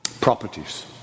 properties